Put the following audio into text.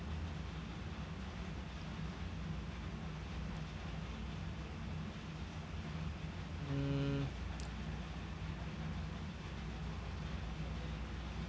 mm